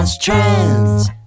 Trends